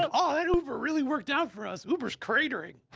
so oh, that uber really worked out for us. uber's cratering.